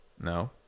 No